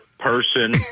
Person